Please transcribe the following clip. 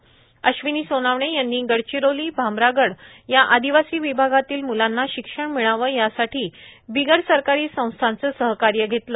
तर अश्विनी सोनावणे यांनी गडचिरोली भामरागड या आदिवासी विभागातील मुलांना शिक्षण मिळावे यासाठी बिगर सरकारी संस्थाचे सहकार्य घेतले